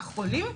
החולים,